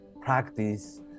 practice